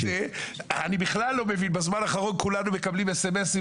לא רק זה אלא בזמן האחרון כולנו מקבלים סמסים